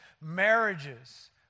marriages